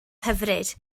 hyfryd